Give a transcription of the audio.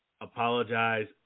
apologize